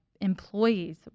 employees